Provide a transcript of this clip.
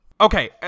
Okay